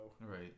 right